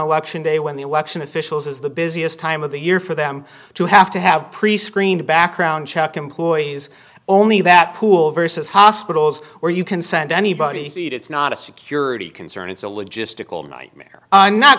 election day when the election officials is the busiest time of the year for them to have to have prescreened background check employees only that pool versus hospitals where you can send anybody it's not a security concern it's a logistical nightmare and not